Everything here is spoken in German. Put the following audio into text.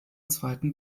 zweiten